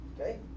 Okay